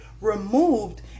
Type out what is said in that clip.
removed